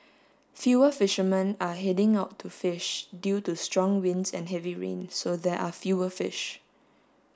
fewer fishermen are heading out to fish due to strong winds and heavy rain so there are fewer fish